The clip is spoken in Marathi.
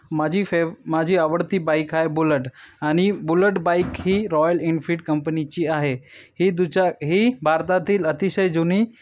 माझी फेव माझी आवडती बाईक आहे बुलट आणि बुलट बाईक ही रॉयल इनफील्ड कंपनीची आहे ही दुच्या ही भारतातील अतिशय जुनी